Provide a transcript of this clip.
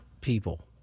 people